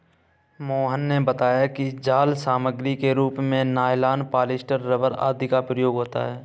मोहन ने बताया कि जाल सामग्री के रूप में नाइलॉन, पॉलीस्टर, रबर आदि का प्रयोग होता है